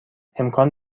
امکان